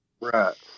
Right